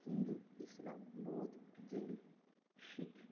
हिन्दु इस्लां बोद् जैन् शिख्